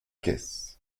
caisse